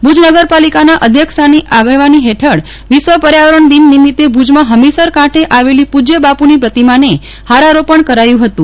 ભુજ નગરપાલિકાના અધ્યક્ષાની આગેવાની હેઠળ વિશ્વ પર્યાવરણ દિન નિમિત્તે ભુજના હમીરસર કાંઠે આવેલી પૂજ્ય બાપુની પ્રતિમાને હારારોપણ કરાયું હતું